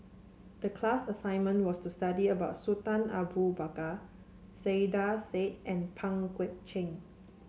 the class assignment was to study about Sultan Abu Bakar Saiedah Said and Pang Guek Cheng